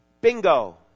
Bingo